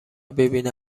ببینن